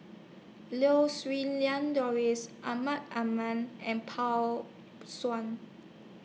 Lau Siew Lang Doris Amrin Amin and Paw